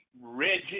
Reggie